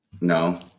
no